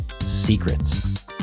secrets